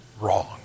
wrong